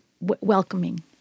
welcoming